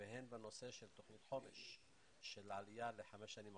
והן בנושא של תכנית חומש של העלייה לחמש השנים הקרובות.